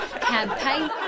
campaign